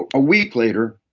a week later,